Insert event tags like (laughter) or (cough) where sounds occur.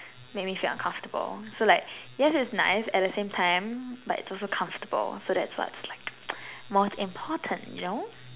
make me feel uncomfortable so like yes it's nice at the same time but it's also comfortable so that's what's like (noise) most important you know